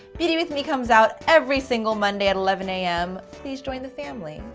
beauty with mi comes out every single monday at eleven a m. please join the family.